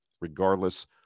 regardless